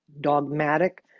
dogmatic